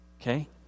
Okay